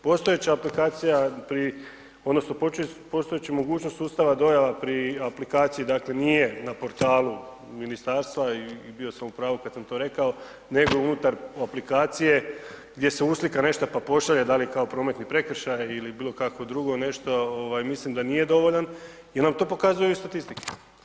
Postojeća aplikacija pri odnosno postojeći mogućnost sustava dojava pri aplikaciji dakle, nije na portalu ministarstva i bio sam u pravu kada sam to rekao, nego unutar aplikacije, gdje se uslika nešto pa pošalje, da li kao prometni prekršaj ili bilo kako drugo nešto, mislim da nije dovoljan, jer nam to pokazuje i statistike.